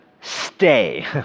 stay